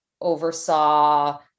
oversaw